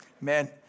Man